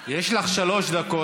יש לך שלוש דקות.